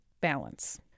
Balance